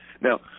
Now